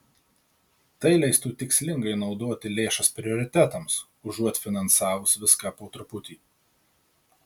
tai leistų tikslingai naudoti lėšas prioritetams užuot finansavus viską po truputį